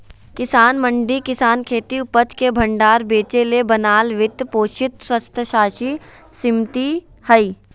किसान मंडी किसानखेती उपज के भण्डार बेचेले बनाल वित्त पोषित स्वयात्तशासी समिति हइ